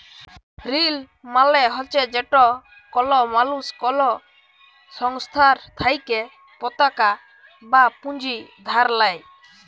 ঋল মালে হছে যেট কল মালুস কল সংস্থার থ্যাইকে পতাকা বা পুঁজি ধার লেই